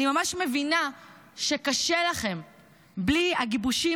אני ממש מבינה שקשה לכם בלי הגיבושים